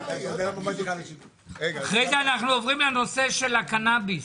אנחנו עוברים לנושא של הקנאביס.